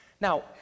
Now